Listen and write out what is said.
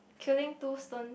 killing two stone